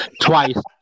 twice